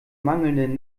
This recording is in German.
mangelnden